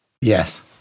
Yes